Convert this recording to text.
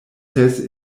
ses